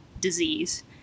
disease